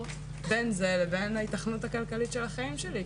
בין זה לבין ההיתכנות הכלכלית של החיים שלי,